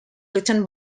written